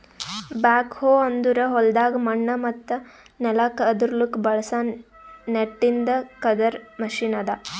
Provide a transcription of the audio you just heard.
back ಹೋ ಅಂದುರ್ ಹೊಲ್ದಾಗ್ ಮಣ್ಣ ಮತ್ತ ನೆಲ ಕೆದುರ್ಲುಕ್ ಬಳಸ ನಟ್ಟಿಂದ್ ಕೆದರ್ ಮೆಷಿನ್ ಅದಾ